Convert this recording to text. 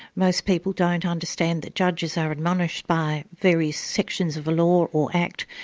most people don't understand that judges are admonished by various sections of the law, or act,